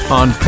on